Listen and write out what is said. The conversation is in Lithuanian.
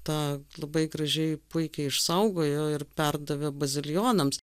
tą labai gražiai puikiai išsaugojo ir perdavė bazilijonams